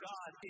God